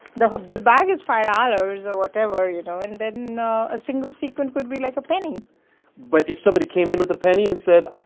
the ah the bag is five dollars or whatever, you know. and then a single sequin would be, like, a penny but if somebody came in with a penny and said,